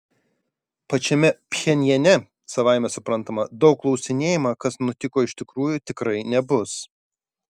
pačiame pchenjane savaime suprantama daug klausinėjama kas nutiko iš tikrųjų tikrai nebus